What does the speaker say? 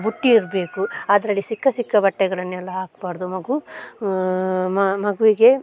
ಬುಟ್ಟಿ ಇರಬೇಕು ಅದರಲ್ಲಿ ಸಿಕ್ಕ ಸಿಕ್ಕ ಬಟ್ಟೆಗಳನ್ನೆಲ್ಲ ಹಾಕಬಾರ್ದು ಮಗು ಮಗುವಿಗೆ